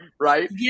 right